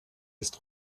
ist